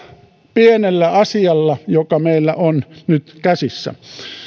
pienellä asialla joka meillä on nyt käsissä